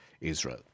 Israel